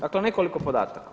Dakle, nekoliko podataka.